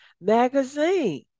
magazine